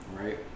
right